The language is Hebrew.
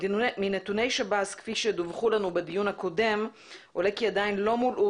מנתוני שב"ס כפי שדווחו לנו בדיון הקודם עולה כי עדיין לא מולאו